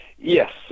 Yes